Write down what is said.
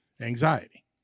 anxiety